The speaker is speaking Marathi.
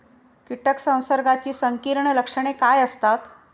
कीटक संसर्गाची संकीर्ण लक्षणे काय असतात?